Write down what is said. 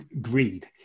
greed